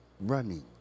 running